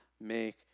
make